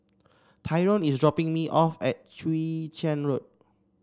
Tyrone is dropping me off at Chwee Chian Road